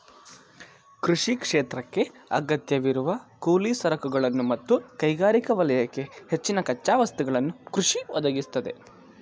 ಕೃಷಿ ಕ್ಷೇತ್ರಕ್ಕೇ ಅಗತ್ಯವಿರುವ ಕೂಲಿ ಸರಕುಗಳನ್ನು ಮತ್ತು ಕೈಗಾರಿಕಾ ವಲಯಕ್ಕೆ ಹೆಚ್ಚಿನ ಕಚ್ಚಾ ವಸ್ತುಗಳನ್ನು ಕೃಷಿ ಒದಗಿಸ್ತದೆ